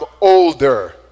older